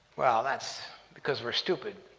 well, that's because we're stupid.